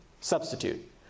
Substitute